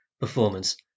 performance